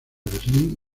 berlín